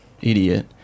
idiot